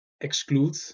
exclude